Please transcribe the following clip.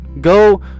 Go